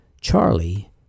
Charlie